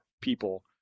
people